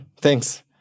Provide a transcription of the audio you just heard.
Thanks